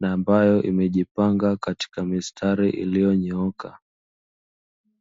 na ambayo imejipanga katika mistari iliyonyooka.